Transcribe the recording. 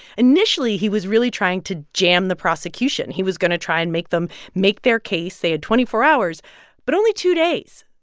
initially, he was really trying to jam the prosecution. he was going to try and make them make their case. they had twenty four hours but only two days.